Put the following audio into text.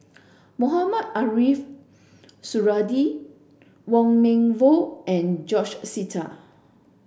Mohamed Ariff Suradi Wong Meng Voon and George Sita